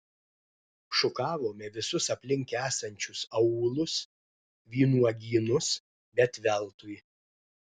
šukavome visus aplink esančius aūlus vynuogynus bet veltui